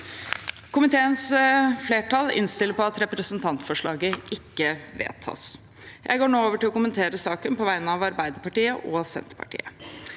Komiteens flertall innstiller på at representantforslaget ikke vedtas. Jeg går nå over til å kommentere saken på vegne av Arbeiderpartiet og Senterpartiet.